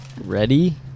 ready